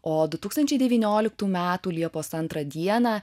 o du tūkstančiai devynioliktų metų metų liepos antrą dieną